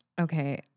okay